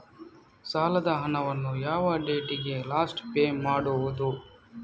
ಸಾಲದ ಹಣವನ್ನು ಯಾವ ಡೇಟಿಗೆ ಲಾಸ್ಟ್ ಪೇ ಮಾಡುವುದು?